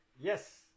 yes